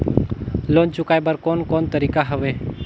Loan चुकाए बर कोन कोन तरीका हवे?